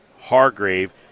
Hargrave